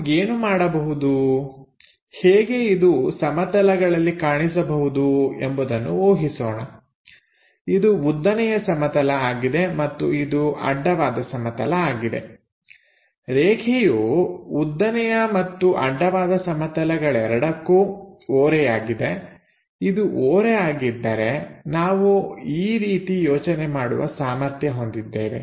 ನಾವು ಏನು ಮಾಡಬಹುದು ಹೇಗೆ ಇದು ಸಮತಲಗಳಲ್ಲಿ ಕಾಣಿಸಬಹುದು ಎಂಬುದನ್ನು ಊಹಿಸೋಣ ಇದು ಉದ್ದನೆಯ ಸಮತಲ ಆಗಿದೆ ಮತ್ತು ಇದು ಅಡ್ಡವಾದ ಸಮತಲ ಆಗಿದೆ ರೇಖೆಯು ಉದ್ದನೆಯ ಮತ್ತು ಅಡ್ಡವಾದ ಸಮತಲಗಳೆರಡಕ್ಕೂ ಓರೆಯಾಗಿದೆ ಇದು ಓರೆ ಆಗಿದ್ದರೆ ನಾವು ಈ ರೀತಿ ಯೋಚನೆ ಮಾಡುವ ಸಾಮರ್ಥ್ಯ ಹೊಂದಿದ್ದೇವೆ